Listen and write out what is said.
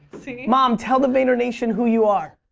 mom, tell the vayner nation who you are.